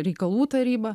reikalų tarybą